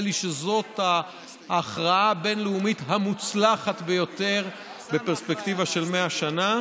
נדמה לי שזאת ההכרעה הבין-לאומית המוצלחת ביותר בפרספקטיבה של 100 שנה.